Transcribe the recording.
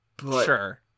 Sure